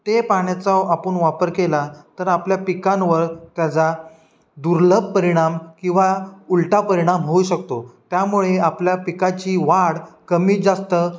ते पाण्याचा आपण वापर केला तर आपल्या पिकांवर त्याचा दुर्लभ परिणाम किंवा उलटा परिणाम होऊ शकतो त्यामुळे आपल्या पिकाची वाढ कमी जास्त